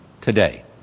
today